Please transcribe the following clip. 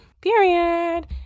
period